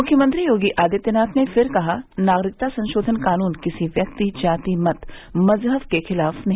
मुख्यमंत्री योगी आदित्यनाथ ने फिर कहा नागरिकता संशोधन कानून किसी व्यक्ति जाति मत मजहब के खिलाफ नहीं